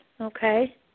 Okay